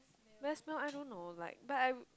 best meal I don't know like but I would